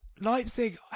Leipzig